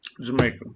Jamaica